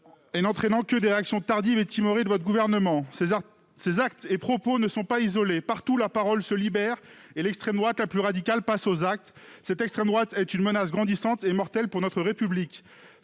et n'entraînant que des réactions tardives et timorées de votre gouvernement. Ces actes et propos ne sont pas isolés. Partout, la parole se libère et l'extrême droite la plus radicale passe aux actes. Cette extrême droite est une menace grandissante et mortelle pour notre République.